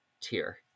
tier